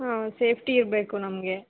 ಹಾಂ ಸೇಫ್ಟಿ ಇರಬೇಕು ನಮಗೆ